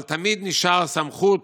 תמיד נשארה סמכות